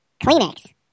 Kleenex